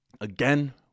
again